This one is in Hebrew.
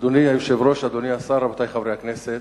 אדוני היושב-ראש, אדוני השר, רבותי חברי הכנסת,